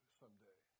someday